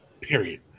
Period